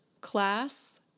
class